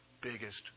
biggest